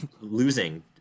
Losing